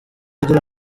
agera